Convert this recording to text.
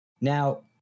Now